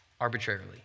arbitrarily